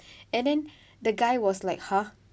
and then the guy was like !huh!